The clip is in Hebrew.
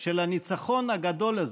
של הניצחון הגדול הזה,